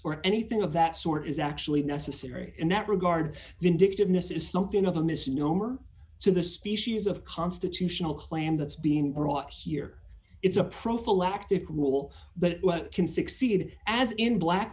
or anything of that sort is actually necessary in that regard vindictiveness is something of a misnomer to the species of constitutional claim that's being brought here it's a prophylactic rule but can succeed as in black